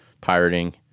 pirating